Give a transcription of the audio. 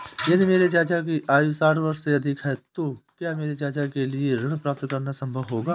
यदि मेरे चाचा की आयु साठ वर्ष से अधिक है तो क्या मेरे चाचा के लिए ऋण प्राप्त करना संभव होगा?